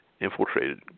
infiltrated